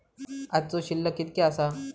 आजचो शिल्लक कीतक्या आसा?